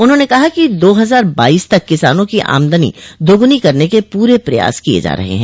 उन्होंने कहा कि दो हजार बाईस तक किसानों की आमदनी दोगुना करने के पूरे प्रयास किये जा रहे हैं